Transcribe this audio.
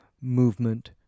movement